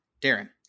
Darren